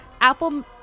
Apple